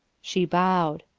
she bowed.